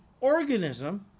organism